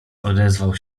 odezwał